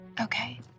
Okay